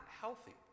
healthy